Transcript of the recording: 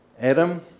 Adam